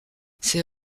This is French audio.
c’est